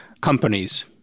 companies